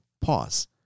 pause